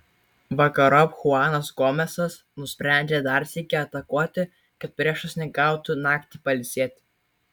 vakarop chuanas gomesas nusprendžia dar sykį atakuoti kad priešas negautų naktį pailsėti